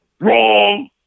Wrong